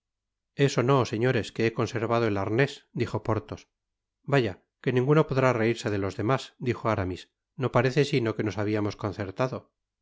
eso no señores que he conservado el arnés dijo porthos vaya que ninguno podrá reirse de los demás dijo aramis no parece sino que nos habiamos concertado